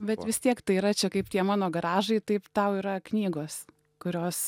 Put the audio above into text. bet vis tiek tai yra čia kaip tie mano garažai taip tau yra knygos kurios